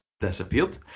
disappeared